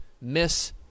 Miss